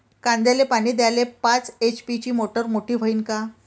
कांद्याले पानी द्याले पाच एच.पी ची मोटार मोटी व्हईन का?